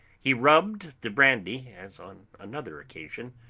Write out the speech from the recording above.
he rubbed the brandy, as on another occasion,